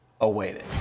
awaited